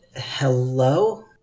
hello